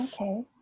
Okay